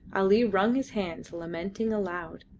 ali wrung his hands, lamenting aloud.